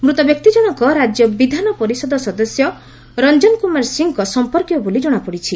ମୃତ ବ୍ୟକ୍ତିଜଣଙ୍କ ରାଜ୍ୟ ବିଧାନପରିଷଦ ସଦସ୍ୟ ରଂଜନ କୁମାର ସିଙ୍କ ସଂପର୍କୀୟ ବୋଲି ଜଣାପଡ଼ିଛି